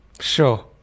Sure